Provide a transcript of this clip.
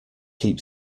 keep